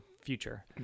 future